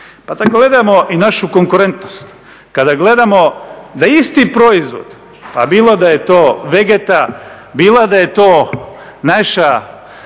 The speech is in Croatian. Pa da gledamo i našu konkurentnost, kada gledamo da isti proizvod pa bilo da je to Vegeta, bilo da je to naše,